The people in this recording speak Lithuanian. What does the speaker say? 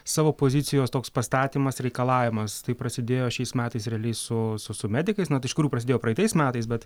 savo pozicijos toks pastatymas reikalavimas tai prasidėjo šiais metais realiai su su su medikais na tai iš kurių prasidėjo praeitais metais bet